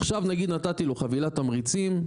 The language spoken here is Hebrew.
עכשיו נגיד, נתתי לו חבילת תמריצים,